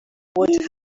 would